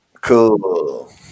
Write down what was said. Cool